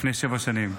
לפני שבע שנים.